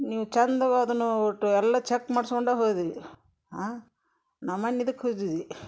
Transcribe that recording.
ನೀವು ಚಂದಗೆ ಅದನ್ನು ಒಟ್ಟು ಎಲ್ಲ ಚೆಕ್ ಮಾಡ್ಸ್ಕೊಂಡು ಹೋದ್ವಿ ನಮ್ಮ ಅಣ್ ಇದಕ್ಕೆ ಹೋದುದಿ